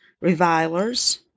revilers